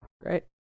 Great